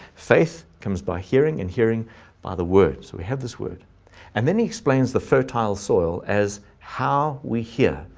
faith comes by hearing and hearing by the word so we have this word and then explains the fertile soil as how we hear,